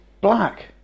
black